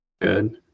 good